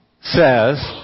says